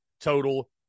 total